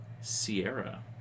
Sierra